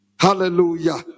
hallelujah